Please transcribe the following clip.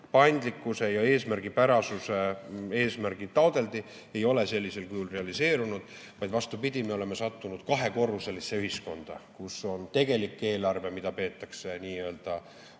paindlikkuse ja eesmärgipärasuse eesmärgil taotleti, ei ole sellisel kujul realiseerunud. Vastupidi, me oleme sattunud kahekorruselisse ühiskonda, kus on tegelik eelarve, mida peetakse n-ö